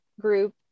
group